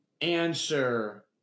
answer